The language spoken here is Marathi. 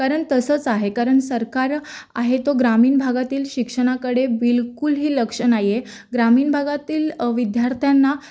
कारण तसंच आहे कारण सरकार आहे तो ग्रामीण भागातील शिक्षणाकडे बिलकुलही लक्ष नाही आहे ग्रामीण भागातील विद्यार्थ्यांना